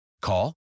Call